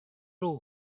roof